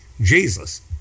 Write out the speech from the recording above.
Jesus